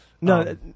No